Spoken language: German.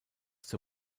zur